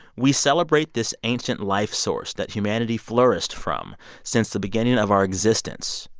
we celebrate this ancient life source that humanity flourished from since the beginning of our existence.